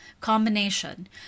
combination